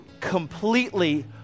completely